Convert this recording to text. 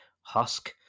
husk